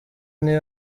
niyo